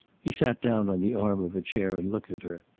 he sat down on the arm of a chair and looked at her.